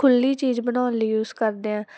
ਖੁੱਲ੍ਹੀ ਚੀਜ਼ ਬਣਾਉਣ ਲਈ ਯੂਜ਼ ਕਰਦੇ ਹੈ